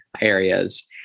areas